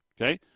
okay